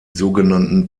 sogenannten